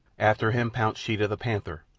after him pounced sheeta the panther,